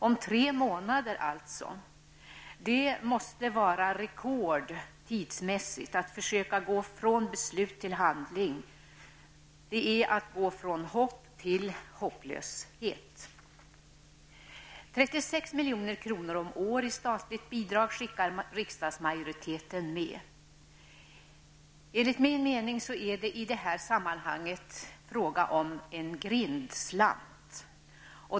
Om tre månader! Det måste vara rekord tidsmässigt när det gäller att försöka gå från beslut till handling. Det är att gå från hopp till hopplöshet. Riksdagsmajoriteten skickar med 36 milj.kr. i statligt bidrag. Enligt min mening är det i det här sammanhanget fråga om en grindslant.